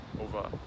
over